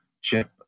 chip